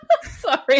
Sorry